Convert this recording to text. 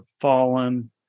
fallen